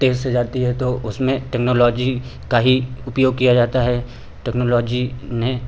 तेज से जाती है तो उसमें टेक्नोलॉजी का ही उपयोग किया जाता है टेक्नोलॉजी ने